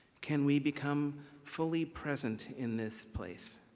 can we become fully present in this place?